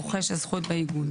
רוכש הזכות באיגוד,